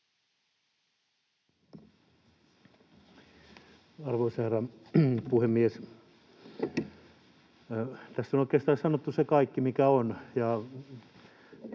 Arvoisa herra puhemies! Tässä on oikeastaan sanottu se kaikki, mikä on,